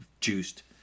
juiced